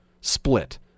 split